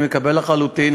אני מקבל לחלוטין,